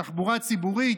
תחבורה ציבורית,